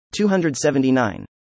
279